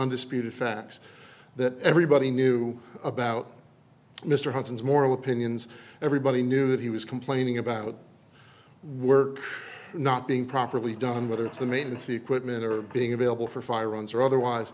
undisputed facts that everybody knew about mr hudson's moral opinions everybody knew that he was complaining about work not being properly done whether it's the maintenance the equipment or being available for firearms or otherwise